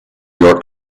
york